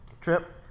trip